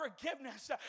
forgiveness